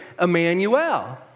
Emmanuel